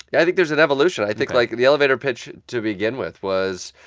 yeah i think there's an evolution. i think, like, the elevator pitch to begin with was,